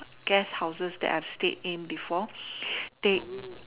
guest houses that I have stayed in before they